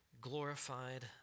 glorified